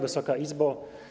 Wysoka Izbo!